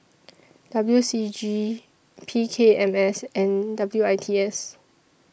W C G P K M S and W I T S